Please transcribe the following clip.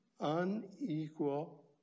unequal